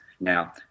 Now